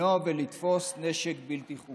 למנוע ולתפוס נשק בלתי חוקי.